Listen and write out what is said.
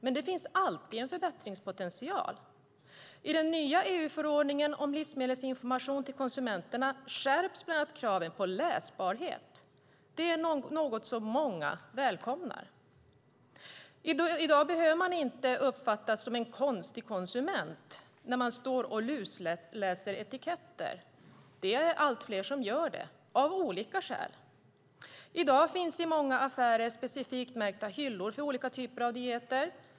Men det finns alltid en förbättringspotential. I den nya EU-förordningen om livsmedelsinformation till konsumenterna skärps bland annat kraven på läsbarhet. Det är något som många välkomnar. I dag behöver man inte uppfattas som en konstig konsument när man står och lusläser etiketter. Det är allt fler som gör det av olika skäl. I dag finns i många affärer specifikt märkta hyllor för olika typer av dieter.